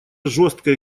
жесткой